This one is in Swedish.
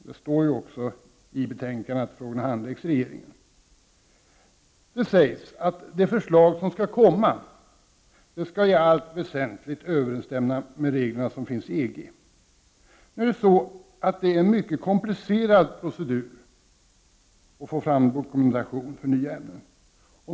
Det står dock i betänkandet att frågorna handläggs inom regeringen. Det sägs att det förslag som skall komma i allt väsentligt skall överensstämma med de regler som gäller i EG. Det är en mycket komplicerad procedur att få fram dokumentation av nya ämnen.